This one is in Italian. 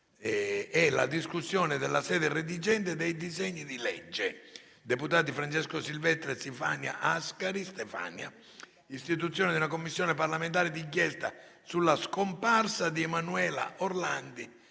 IV. Discussione dalla sede redigente dei disegni di legge: